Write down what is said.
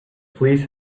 police